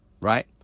right